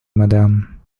moderne